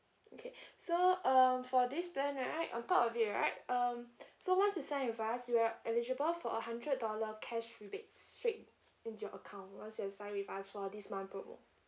okay so um for this plan right on top of it right um so once you sign with us you are eligible for a hundred dollar cash rebates straight into your account once you have sign with us for this month promo